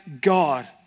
God